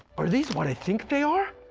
are these what i think they are?